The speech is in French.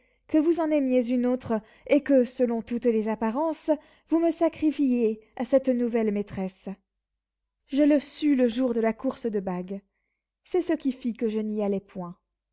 que vous en aimiez une autre et que selon toutes les apparences vous me sacrifiez à cette nouvelle maîtresse je le sus le jour de la course de bague c'est ce qui fit que je n'y allais point